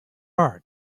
was